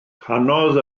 canodd